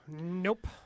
Nope